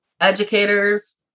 educators